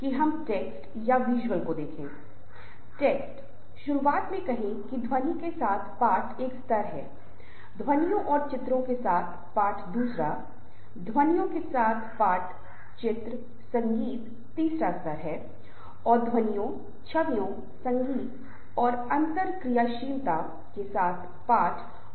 तो यह एक समूह का संपूर्ण विचार है क्योंकि आज एक समूह को कार्य करने के लिए कई असाइनमेंट दिए जाते हैं और फिर समूह के सदस्य कभी कभी एक साथ काम करते हैं उन्हें समस्या होती है कि कभी कभी काम समय पर किया जाता है कभी कभी यह समय में नहीं किया जाता है